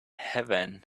heaven